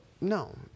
no